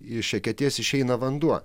iš eketės išeina vanduo